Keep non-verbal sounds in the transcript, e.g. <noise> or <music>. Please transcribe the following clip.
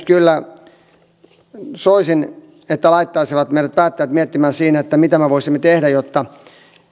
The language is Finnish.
<unintelligible> kyllä soisin että nämä elävät esimerkit laittaisivat meidän päättäjät miettimään mitä me voisimme tehdä jotta